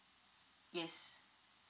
yes